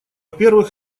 первых